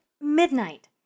midnight